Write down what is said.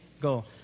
Go